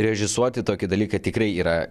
režisuoti tokį dalyką tikrai yra